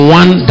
one